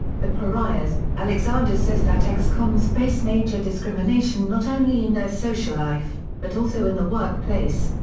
the pariahs alexander says that ex-cons face major discrimination not only in their social life, but also in the workplace.